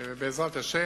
בעזרת השם,